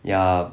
ya